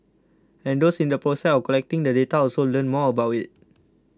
and those in the process of collecting the data also learn more about it